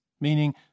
meaning